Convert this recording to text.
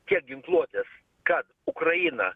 tiek ginkluotės kad ukraina